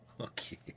Okay